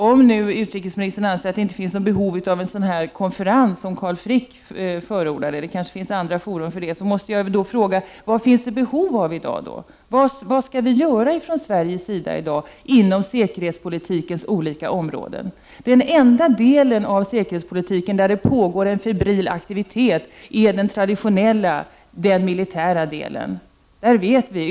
Om utrikesministern anser att det inte finns behov av en sådan konferens som Carl Frick förordade — det kanske finns andra fora — måste jag fråga: Vad finns det då behov av i dag? Vad skall vi göra från Sveriges sida inom säkerhetspolitikens olika områden? Den enda del av säkerhetspolitiken där det pågår en febril aktivietet är den traditionella, den militära delen.